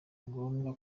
ngombwa